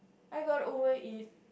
I got over it